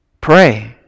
Pray